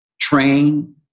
Train